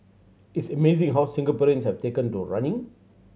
it's amazing how Singaporeans have taken to running